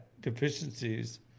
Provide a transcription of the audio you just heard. deficiencies